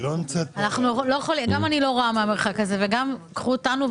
גם אני לא רואה מהמרחק הזה וגם קחו אותנו,